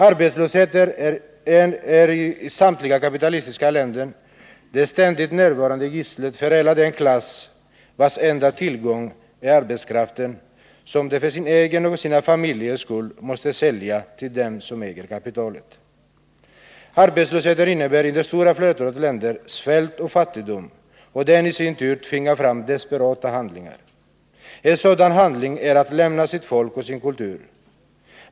Arbetslösheten är i samtliga kapitalistiska länder det ständigt närvarande gisslet för hela den klass vars enda tillgång är arbetskraften, som de för sin egen och sina familjers skull måste sälja till dem som äger kapitalet. Arbetslöshet innebär, i det stora flertalet länder, svält och fattigdom, och det i sin tur tvingar fram desperata handlingar. En sådan handling är att lämna sitt folk och sin kultur.